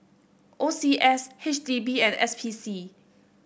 O C S H D B and S P C